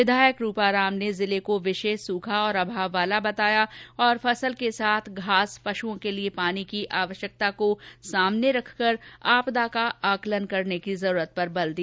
विधायक रूपाराम ने जिले को विशेष सूखा और अभाव वाला बताया और फसल के साथ घास पशुओं के लिए पानी की आवश्यकता को सामने रखकर आपदा का आंकलन करने की जरूरत पर जोर दिया